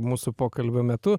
mūsų pokalbio metu